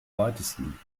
weitesten